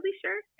sure